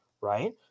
right